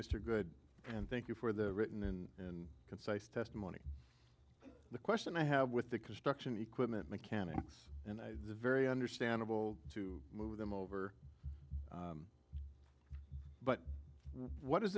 mr good and thank you for the written and concise testimony the question i have with the construction equipment mechanics and the very understandable to move them over but what does